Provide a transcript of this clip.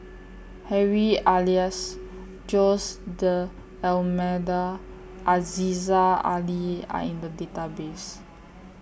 Harry Elias Jose D Almeida Aziza Ali Are in The Database